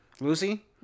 Lucy